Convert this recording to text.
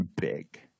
big